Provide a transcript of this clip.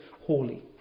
holy